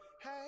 Hey